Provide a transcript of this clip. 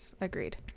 agreed